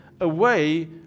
away